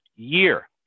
year